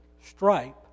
stripe